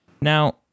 Now